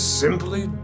simply